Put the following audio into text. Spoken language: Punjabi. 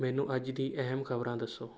ਮੈਨੂੰ ਅੱਜ ਦੀ ਅਹਿਮ ਖਬਰਾਂ ਦੱਸੋ